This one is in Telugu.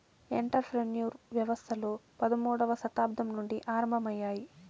ఎంటర్ ప్రెన్యూర్ వ్యవస్థలు పదమూడవ శతాబ్దం నుండి ఆరంభమయ్యాయి